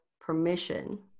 permission